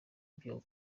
byo